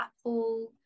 Apple